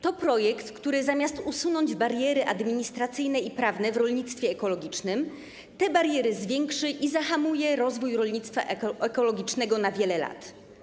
To projekt, który zamiast usunąć bariery administracyjne i prawne w rolnictwie ekologicznym, te bariery zwiększy i zahamuje rozwój rolnictwa ekologicznego na wiele lat.